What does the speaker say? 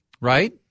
Right